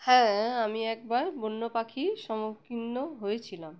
হ্যাঁ আমি একবার বন্য পাখির সম্মুখীন হয়েছিলাম